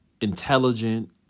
Intelligent